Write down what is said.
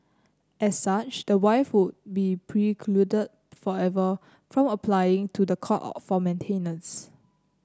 as such the wife would be precluded forever from applying to the court for maintenance